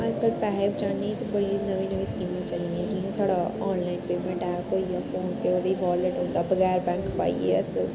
अज्जकल पैहे बचाने दी बड़ी नमीं नमीं स्कीमां चली दियां जियां साढ़ा आनलाइन पेमेंट ऐप होई गेआ फ़ोन पे ओह्दी वालेट बगैर बैंक जाइयै अस